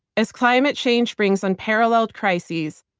as climate change brings unparalleled crises,